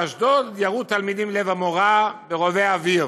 באשדוד ירו תלמידים לעבר מורה ברובה אוויר.